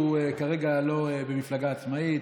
הוא כרגע לא במפלגה עצמאית,